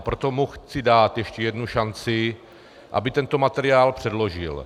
Proto mu chci dát ještě jednu šanci, aby tento materiál předložil.